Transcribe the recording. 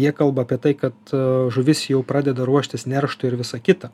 jie kalba apie tai kad žuvis jau pradeda ruoštis nerštui ir visa kita